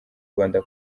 rwanda